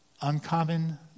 Uncommon